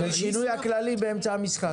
של שינוי הכללים באמצע המשחק.